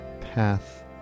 path